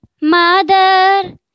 mother